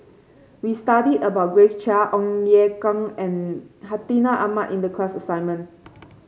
we studied about Grace Chia Ong Ye Kung and Hartinah Ahmad in the class assignment